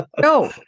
no